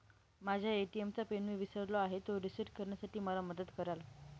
माझ्या ए.टी.एम चा पिन मी विसरलो आहे, तो रिसेट करण्यासाठी मला मदत कराल?